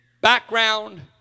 background